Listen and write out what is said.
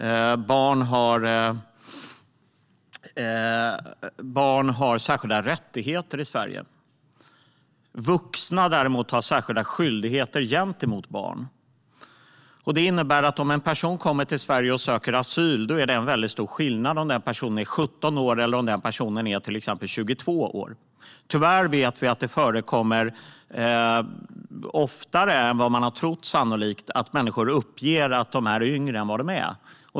Barn har särskilda rättigheter i Sverige. Vuxna har däremot särskilda skyldigheter gentemot barn. Detta innebär att om en person kommer till Sverige och söker asyl är det stor skillnad om personen är 17 år eller till exempel 22. Vi vet att det tyvärr, sannolikt oftare än vad man har trott, förekommer att människor uppger att de är yngre än vad de är.